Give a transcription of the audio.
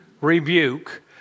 rebuke